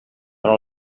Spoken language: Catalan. però